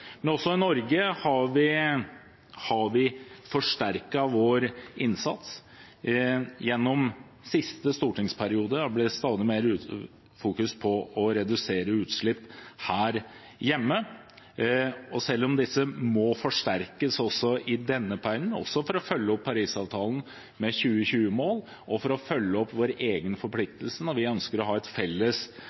også i Norge har vi forsterket innsatsen. Gjennom siste stortingsperiode er det fokusert stadig mer på å redusere utslipp her hjemme. Dette må forsterkes også i denne perioden, også for å følge opp Parisavtalen med 2020-mål og for å følge opp våre egne forpliktelser, og vi ønsker å ha en felles